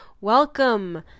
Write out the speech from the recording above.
welcome